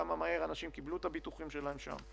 כמה מהר אנשים קיבלו את הביטוחים שלהם.